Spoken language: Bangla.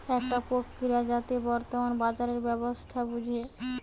একটা প্রক্রিয়া যাতে বর্তমান বাজারের ব্যবস্থা বুঝে